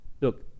look